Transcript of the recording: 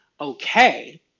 okay